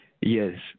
Yes